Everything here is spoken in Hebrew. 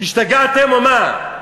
השתגעתם או מה?